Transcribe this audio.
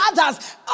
others